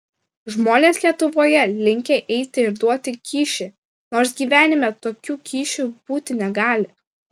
žmonės lietuvoje linkę eiti ir duoti kyšį nors gyvenime tokių kyšių būti negali